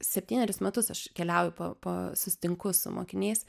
septynerius metus aš keliauju po susitinku su mokiniais